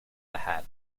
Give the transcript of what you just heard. ahead